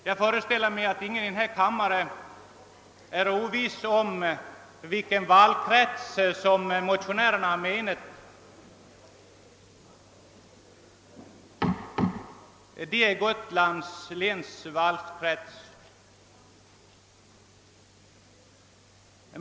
Jag föreställer mig att ingen i denna kammare är oviss om vilken valkrets motionärerna har åsyftat — Gotlands läns valkrets.